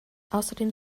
außerdem